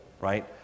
right